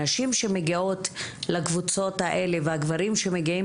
הנשים שמגיעות לקבוצות האלה והגברים שמגיעים